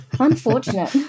Unfortunate